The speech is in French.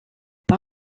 pas